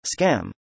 scam